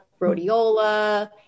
rhodiola